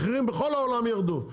מחירים בכל העולם ירדו,